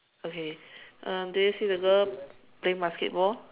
okay um do you see the girl playing basketball